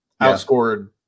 outscored